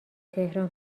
تهران